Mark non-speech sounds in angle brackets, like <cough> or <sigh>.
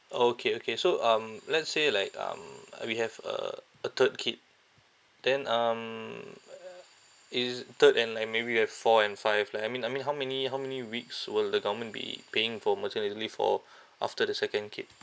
okay okay so um let's say like um uh we have a a third kid then um <noise> is third and like maybe we have four and five like I mean I mean how many how many weeks will the government be paying for maternity leave for after the second kid